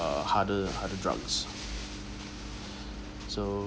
a harder harder drugs so